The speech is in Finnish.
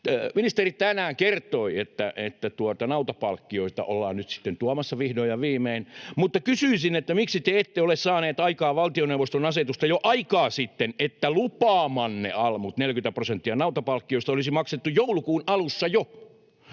Ministeri tänään kertoi, että nautapalk-kioita ollaan nyt sitten tuomassa vihdoin ja viimein, mutta kysyisin: miksi te ette ole saaneet jo aikaa sitten aikaan valtioneuvoston asetusta, että lupaamanne almut, 40 prosenttia nautapalkkiosta, olisi maksettu jo joulukuun alussa?